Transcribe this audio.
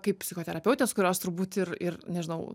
kaip psichoterapeutės kurios turbūt ir ir nežinau